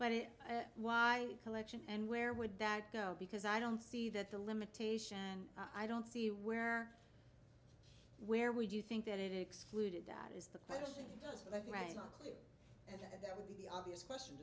but it why collection and where would that go because i don't see that the limitation i don't see where where would you think that it excluded that is the question right there the obvious question